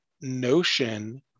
notion